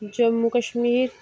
Jammu Kashmir